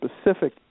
specific